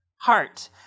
Heart